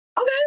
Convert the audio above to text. Okay